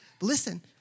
Listen